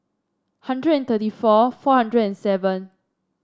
hundred and thirty four four hundred and seven